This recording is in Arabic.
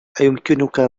أيمكنك